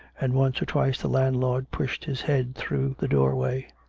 and once or twice the landlord pushed his head through the doorway.